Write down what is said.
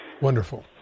Wonderful